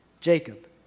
Jacob